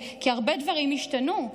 כי הרבה דברים השתנו,